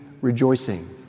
rejoicing